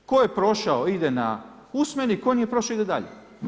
Tko je prošao ide na usmeni, tko nije prošao ide dalje.